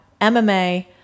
MMA